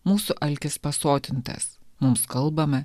mūsų alkis pasotintas mums kalbama